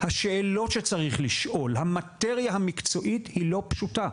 השאלות שצריך לשאול, המטריה המקצועית לא פשוטה.